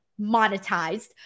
monetized